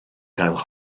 gael